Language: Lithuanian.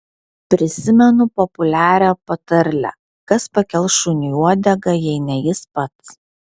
prisimenu populiarią patarlę kas pakels šuniui uodegą jei ne jis pats